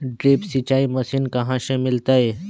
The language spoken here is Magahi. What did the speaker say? ड्रिप सिंचाई मशीन कहाँ से मिलतै?